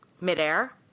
midair